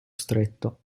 stretto